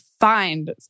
find